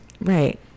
Right